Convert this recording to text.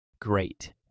Great